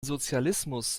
sozialismus